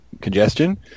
congestion